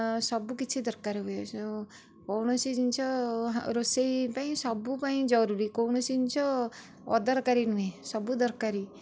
ସବୁକିଛି ଦରକାର ହୁଏ କୌଣସି ଜିନିଷ ରୋଷେଇ ପାଇଁ ସବୁ ପାଇଁ ଜରୁରୀ କୌଣସି ଜିନିଷ ଅଦରକାରୀ ନୁହେଁ ସବୁ ଦରକାରୀ